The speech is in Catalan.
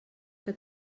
que